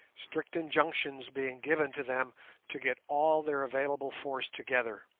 strict injunctions being given to them to get all their available force together.